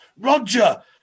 Roger